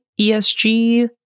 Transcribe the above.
ESG